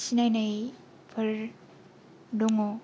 सिनायनायफोर दङ